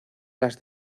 las